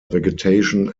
vegetation